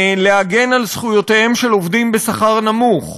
בהגנה על זכויותיהם של עובדים בשכר נמוך,